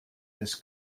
des